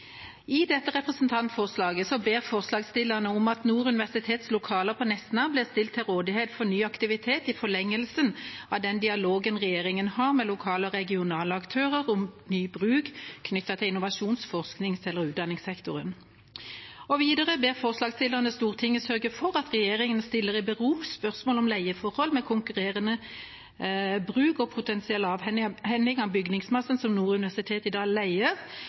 I dette representantforslaget ber forslagsstillerne om at Nord universitets lokaler på Nesna blir stilt til rådighet for ny aktivitet i forlengelsen av den dialogen regjeringa har med lokale og regionale aktører om ny bruk knyttet til innovasjons-, forsknings- eller utdanningssektoren. Videre ber forslagsstillerne Stortinget sørge for at regjeringa stiller i bero spørsmål om leieforhold med konkurrerende bruk og potensiell avhending av bygningsmassen som Nord universitetet i dag leier,